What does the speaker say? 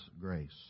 grace